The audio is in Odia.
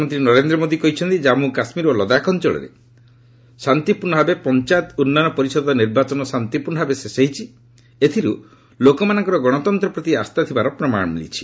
ପ୍ରଧାନମନ୍ତ୍ରୀ ନରେନ୍ଦ୍ର ମୋଦୀ କହିଛନ୍ତି ଜାମ୍ମୁ କାଶ୍ମୀର ଓ ଲଦାଖ ଅଞ୍ଚଳରେ ଶାନ୍ତିପୂର୍ଣ୍ଣ ଭାବେ ପଞ୍ଚୟତ ଉନ୍ନୟନ ପରିଷଦ ନିର୍ବାଚନ ଶାନ୍ତିପୂର୍ଣ୍ଣ ଭାବେ ଶେଷ ହୋଇଛି ଏଥିରୁ ଲୋକମାନଙ୍କର ଗଣତନ୍ତ୍ର ପ୍ରତି ଆସ୍ଥା ଥିବାର ପ୍ରମାଣ ମିଳିଛି